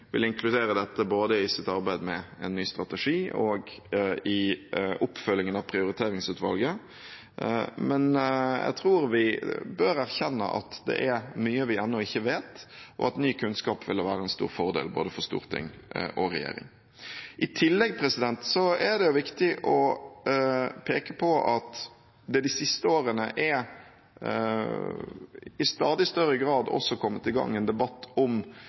vil inkludere dette både i sitt arbeid med en ny strategi og i oppfølgingen av Prioriteringsutvalget, men jeg tror vi bør erkjenne at det er mye vi ennå ikke vet, og at ny kunnskap ville være en stor fordel både for storting og regjering. I tillegg er det viktig å peke på at det de siste årene i stadig større grad også er kommet i gang en debatt om